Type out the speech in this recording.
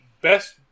best